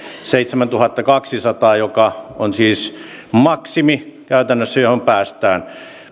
seitsemäntuhattakaksisataa joka on siis käytännössä maksimi johon päästään